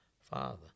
father